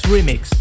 Remix